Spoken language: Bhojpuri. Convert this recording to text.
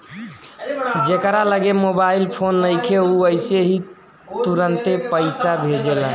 जेकरा लगे मोबाईल फोन नइखे उ अइसे ही तुरंते पईसा भेजेला